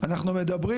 אנחנו מדברים,